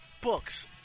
books